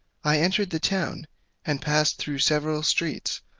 i entered the town and passed through several streets,